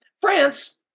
France